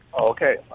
Okay